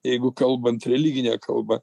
jeigu kalbant religine kalba